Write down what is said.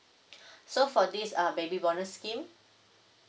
so for this uh baby bonus scheme